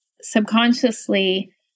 subconsciously